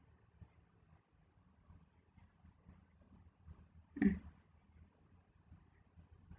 mm